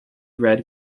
red